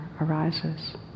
arises